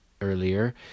earlier